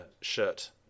shirt